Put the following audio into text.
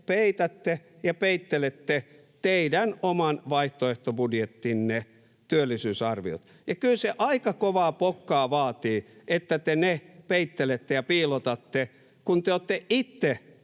piilotatte, peitätte ja peittelette teidän oman vaihtoehtobudjettinne työllisyysarviot, ja kyllä se aika kovaa pokkaa vaatii, [Matias Mäkysen välihuuto] että te ne peittelette ja piilotatte, kun te olette itse